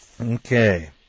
Okay